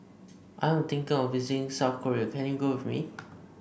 I'm think of visiting South Korea can you go with me